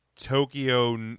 tokyo